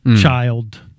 child